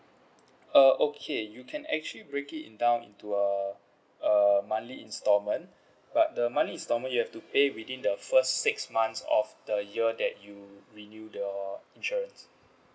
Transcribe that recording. uh okay you can actually break it down into uh uh monthly installment but the money is normally you have to pay within the first six months of the year that you renew your insurance